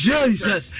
Jesus